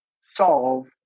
solve